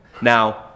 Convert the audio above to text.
Now